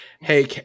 hey